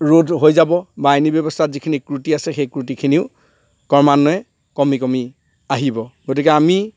ৰোধ হৈ যাব বা আইনী ব্যৱস্থাত যিখিনি ক্ৰুটি আছে সেই ক্ৰুটিখিনিও ক্ৰমান্বয়ে কমি কমি আহিব গতিকে আমি